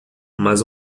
mas